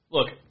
Look